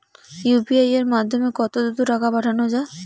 UPI এর মাধ্যমে কত দ্রুত টাকা পাঠানো যায়?